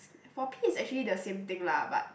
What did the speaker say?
for pee is actually the same thing lah but